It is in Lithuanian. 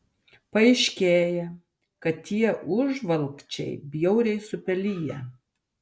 paaiškėja kad tie užvalkčiai bjauriai supeliję